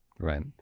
Right